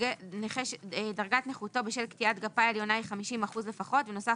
נכה ש'דרגת נכותו בשל פגיעת גפה עליונה היא 50% לפחות ונוסף